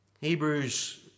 Hebrews